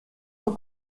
aux